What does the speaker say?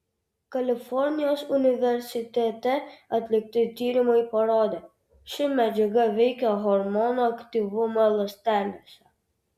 kalifornijos universitete atlikti tyrimai parodė ši medžiaga veikia hormonų aktyvumą ląstelėse